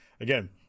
again